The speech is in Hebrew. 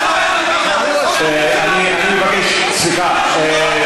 כשאתם באים להכפיש, אני מבקש, סליחה.